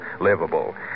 livable